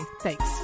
thanks